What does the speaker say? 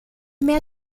mehr